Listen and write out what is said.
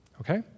okay